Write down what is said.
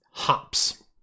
hops